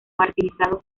martirizado